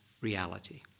reality